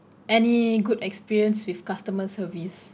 any good experience with customer service